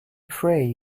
pray